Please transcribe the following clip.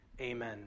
Amen